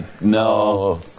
No